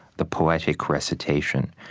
the poetic recitation.